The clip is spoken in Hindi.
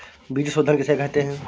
बीज शोधन किसे कहते हैं?